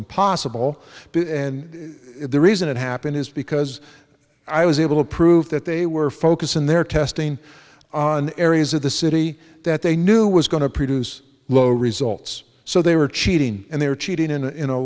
impossible and the reason it happened is because i was able to prove that they were focusing their testing on areas of the city that they knew was going to produce low results so they were cheating and they were cheating in a